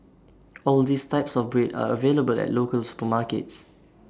all these types of bread are available at local supermarkets